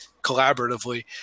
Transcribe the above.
collaboratively